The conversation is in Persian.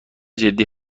جدی